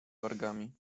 wargami